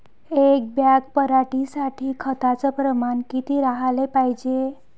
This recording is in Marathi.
एक बॅग पराटी साठी खताचं प्रमान किती राहाले पायजे?